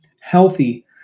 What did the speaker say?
healthy